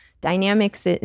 Dynamics